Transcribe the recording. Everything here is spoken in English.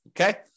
Okay